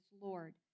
Lord